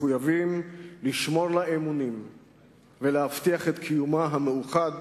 מחויבים לשמור לה אמונים ולהבטיח את קיומה המאוחד